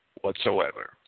whatsoever